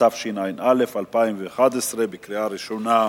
התשע"א 2011, בקריאה ראשונה.